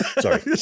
sorry